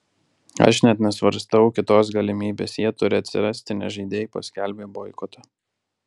aš net nesvarstau kitos galimybės jie turi atsirasti nes žaidėjai paskelbė boikotą